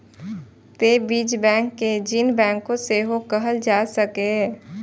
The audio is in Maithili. तें बीज बैंक कें जीन बैंक सेहो कहल जा सकैए